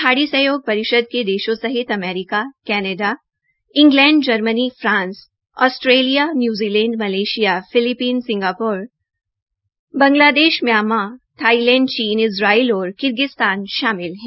खाड़ी सहयोग परिषद के देशों सहित America Canada Germany France Australia New Zealand Malaysia Philippines Singapore Bangladesh Myanmar Thailand चीन इजराइल और किर्गिस्तान शामिल है